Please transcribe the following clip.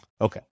Okay